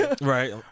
Right